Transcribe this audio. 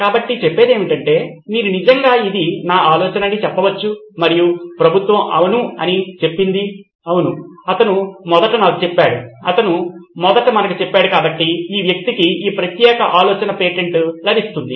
కాబట్టి చెప్పేదేమిటంటే మీరు నిజంగా ఇది నా ఆలోచన అని చెప్పవచ్చు మరియు ప్రభుత్వం అవును అని చెప్పింది అవును అతను మొదట నాకు చెప్పాడు అతను మొదట మనకు చెప్పాడు కాబట్టి ఈ వ్యక్తికి ఆ ప్రత్యేక ఆలోచనల పేటెంట్ లభిస్తుంది